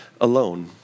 alone